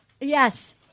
Yes